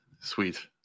sweet